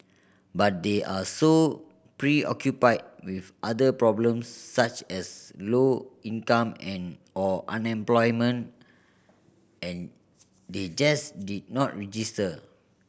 but they are so preoccupied with other problems such as low income and or unemployment and they just did not register